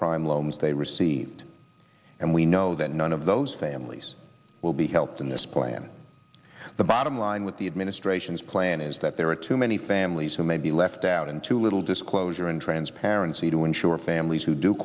subprime loans they received and we know that none of those families will be helped in this plan the bottom line with the administration's plan is that there are too many families who may be left out into little disclosure and transparency to ensure families who do